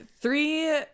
three